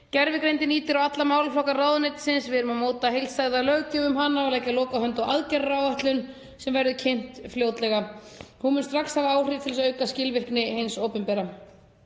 Gervigreindin ýtir á alla málaflokka ráðuneytisins. Við erum að móta heildstæða löggjöf um hana og leggja lokahönd á aðgerðaáætlun sem verður kynnt fljótlega. Hún mun strax hafa áhrif til að auka skilvirkni hins opinbera.